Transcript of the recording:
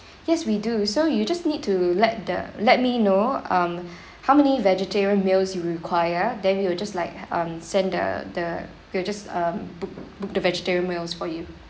yes we do so you just need to let the let me know um how many vegetarian meals you require then we will just like um send the the we'll just um book book the vegetarian meals for you